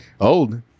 Old